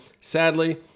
Sadly